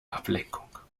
ablenkung